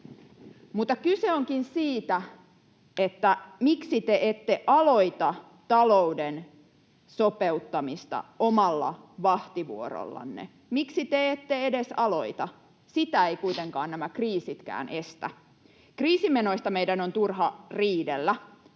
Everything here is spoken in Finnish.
Mutta kyse onkin siitä, miksi te ette aloita talouden sopeuttamista omalla vahtivuorollanne. Miksi te ette edes aloita? Sitä eivät kuitenkaan nämä kriisitkään estä. Kriisimenoista meidän on turha riidellä.